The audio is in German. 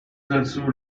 dazu